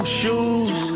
shoes